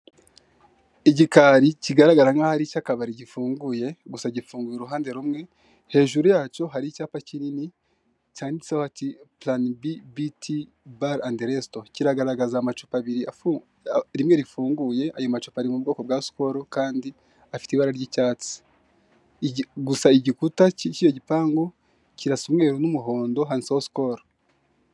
Igikari kigaragara nk'aho ari icy'akabari gusa gifunguye uruhande rumwe hejuru yacyo hari icyapa cyanditseho pulani bi biti bari andi resto kiragaragaza amacupa abiri rimwe rifunguye ayo macupa ari bwoko bwa sikolo kandi afite ibara ry'icyatsi gusa igikuta kirasa umweru n'umuhondo handitseho sikolo.